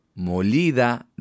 molida